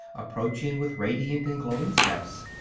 approaching with radiant and glowing steps,